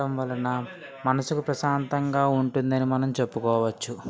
టం వలన మనసుకు ప్రశాంతంగా ఉంటుందని మనం చెప్పుకోవచ్చు